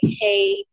Hey